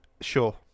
Sure